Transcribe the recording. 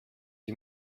sie